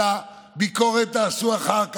את הביקורת תעשו אחר כך.